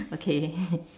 okay